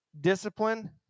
discipline